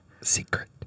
Secret